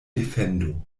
defendo